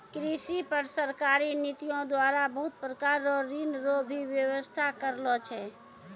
कृषि पर सरकारी नीतियो द्वारा बहुत प्रकार रो ऋण रो भी वेवस्था करलो छै